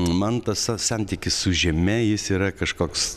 man tas sa santykis su žeme jis yra kažkoks